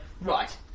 right